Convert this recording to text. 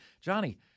Johnny